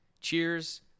Cheers